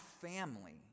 family